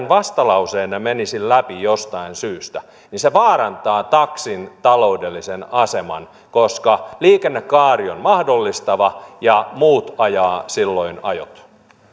vastalauseenne menisi läpi jostain syystä se vaarantaisi taksin taloudellisen aseman koska liikennekaari on mahdollistava ja muut ajaisivat silloin ajot